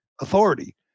authority